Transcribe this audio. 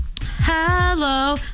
Hello